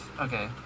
Okay